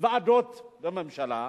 ועדות בממשלה,